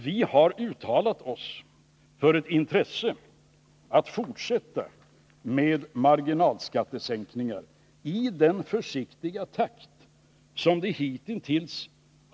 Vi har uttalat vårt intresse för att fortsätta med marginalskattesänkningar i samma försiktiga takt som hitintills.